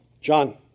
John